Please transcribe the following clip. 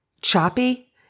choppy